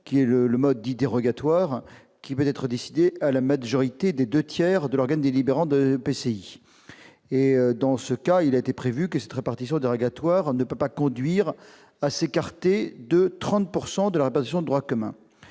une répartition dérogatoire, qui peut être décidée à la majorité des deux tiers de l'organe délibérant de l'EPCI. Dans ce cas, il a été prévu que cette répartition dérogatoire ne peut pas conduire à s'écarter de 30 % de la répartition de droit commun.